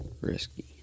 Risky